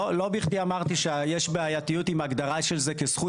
לא בכדי אמרתי שיש בעייתיות עם הגדרה של זה כזכות